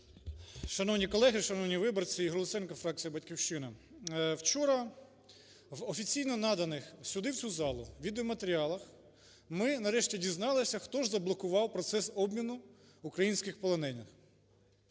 Шановні колеги! Шановні виборці! Ігор Луценко, фракція "Батьківщина". Вчора в офіційно наданих сюди, в цю залу, відеоматеріалах ми нарешті дізналися, хто ж заблокував процес обміну українських полонених.